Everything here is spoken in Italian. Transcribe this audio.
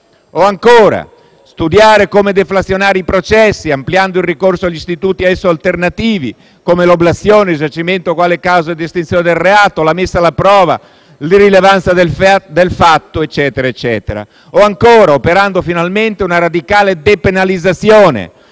O, ancora, studiare come deflazionare i processi, ampliando il ricorso agli istituti ad esso alternativi, come l'oblazione, il risarcimento quale causa di estinzione del reato, la messa alla prova, l'irrilevanza del fatto, eccetera; o, ancora, operando finalmente una radicale depenalizzazione,